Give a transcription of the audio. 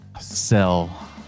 Sell